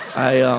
i ah